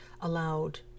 allowed